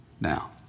Now